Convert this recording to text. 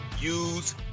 use